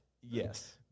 Yes